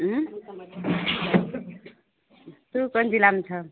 तू कौन जिलामे छऽ